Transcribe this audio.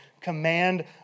command